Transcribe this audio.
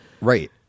right